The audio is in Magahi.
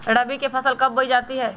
रबी की फसल कब बोई जाती है?